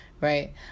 right